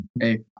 Hey